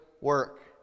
work